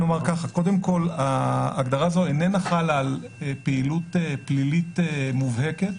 ההגדרה הזאת איננה חלה על פעילות פלילית מובהקת.